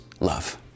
love